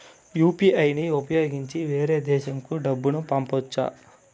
UPI ని ఉపయోగించి వేరే దేశంకు డబ్బును పంపొచ్చా?